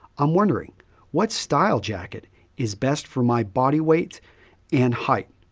i'm wondering what style jacket is best for my body weight and height.